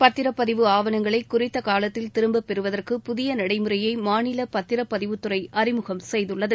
பத்திரப்பதிவு ஆவணங்களை குறித்த காலத்தில் திரும்பப்பெறுவதற்கு புதிய நடைமுறையை நி மாநில பத்திரப்பதிவுத்துறை அறிமுகம் செய்துள்ளது